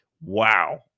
wow